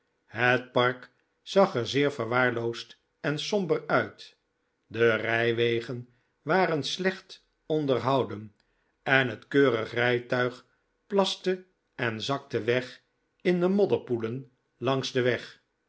het park zag er zeer verwaarloosd en somber uit de rijwegen waren slecht onderhouden en het keurige rijtuig plaste en zakte weg in de modderpoelen langs den weg